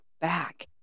back